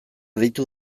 deitu